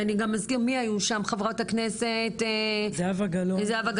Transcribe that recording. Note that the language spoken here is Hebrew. אני גם אזכיר מי היו שם: חברת הכנסת זהבה גלאון.